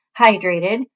hydrated